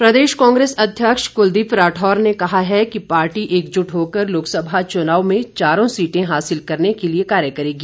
राठौर प्रदेश कांग्रेस अध्यक्ष कुलदीप राठौर ने कहा है कि पार्टी एकजुट होकर लोकसभा चुनाव में चारों सीटें हासिल करने के लिए कार्य करेगी